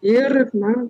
ir na